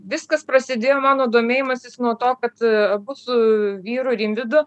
viskas prasidėjo mano domėjimasis nuo to kad abu su vyru rimvydu